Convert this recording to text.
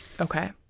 Okay